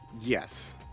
Yes